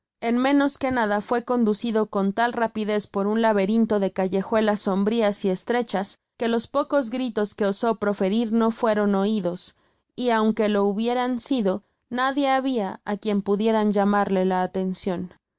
en menos quenada fué conducido con tal rapidez por un laberinto de callejuelas sombrias y estrechas que los pocos gritos que osó proferir no fueron oidos y aun que lo hubieran sido nadie habia á quien pudieran llamarle la atencion